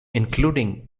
including